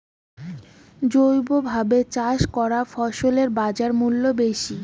জৈবভাবে চাষ করা ফছলত বাজারমূল্য বেশি